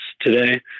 Today